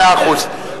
מאה אחוז.